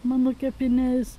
mano kepiniais